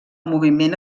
moviment